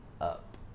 up